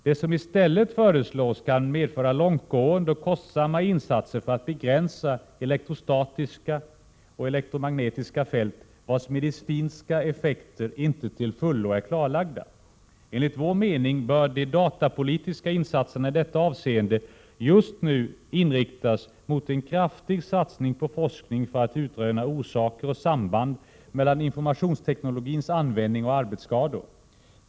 Det som i stället föreslås kan medföra långtgående och kostsamma insatser för att begränsa elektrostatiska och elektromagnetiska fält, vars medicinska effekter inte till fullo är klarlagda. Enligt vår mening bör de datapolitiska insatserna i detta avseende just nu inriktas mot en kraftig satsning på forskning för att utröna orsaker och samband mellan informationsteknologins användning och arbetsskador.